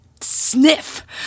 sniff